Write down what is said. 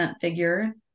figure